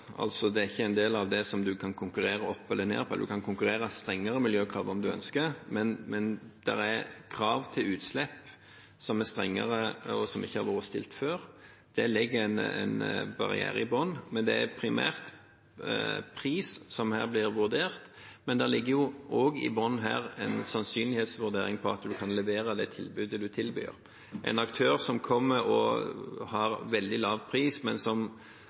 Det er ikke en del av det en kan konkurrere opp eller ned på. En kan konkurrere på strengere miljøkrav om en ønsker, men det er strengere krav til utslipp og krav som ikke var vært stilt før. Det legger en barriere i bunnen, men pris blir primært vurdert her. I bunnen ligger også en sannsynlighetsvurdering av hvorvidt en kan levere det som tilbys. En aktør som har veldig lav pris, men som